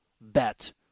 bet